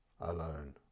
alone